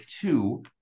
two